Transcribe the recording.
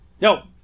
No